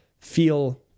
feel